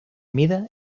mida